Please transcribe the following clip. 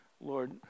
Lord